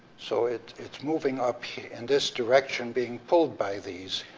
so it's it's moving up in this direction, being pulled by these.